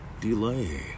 delay